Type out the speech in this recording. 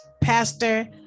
Pastor